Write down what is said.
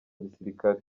gisirikare